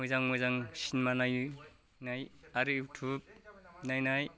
मोजां मोजां सिनेमा नायनाय आरो इउटुब नायनाय